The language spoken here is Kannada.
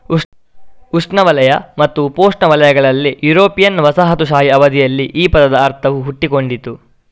ಉಷ್ಣವಲಯ ಮತ್ತು ಉಪೋಷ್ಣವಲಯಗಳಲ್ಲಿ ಯುರೋಪಿಯನ್ ವಸಾಹತುಶಾಹಿ ಅವಧಿಯಲ್ಲಿ ಈ ಪದದ ಅರ್ಥವು ಹುಟ್ಟಿಕೊಂಡಿತು